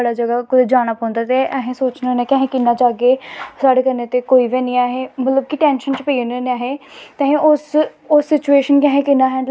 केह् नां साढ़ा उट्ठनां बैठनां जां साढ़ा पिच्छें केह् इतिहास रेह् दा केह् चीज़ां रेह् दियां साढ़े पिछले जमानें च ओह् ही इतिहास परानां उसी दोरहाओ